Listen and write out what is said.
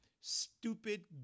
stupid